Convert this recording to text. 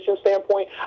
standpoint